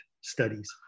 Studies